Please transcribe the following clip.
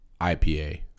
IPA